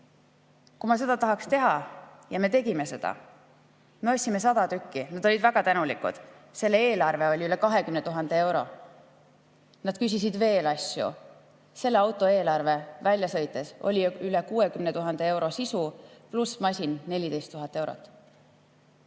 Kui ma seda tahaksin teha – ja me tegime seda, me ostsime sada tükki, nad olid väga tänulikud –, siis selle eelarve oli üle 20 000 euro. Nad palusid veel asju. Selle auto eelarve välja sõites oli üle 60 000 euro sisu, pluss masin ise 14 000 eurot.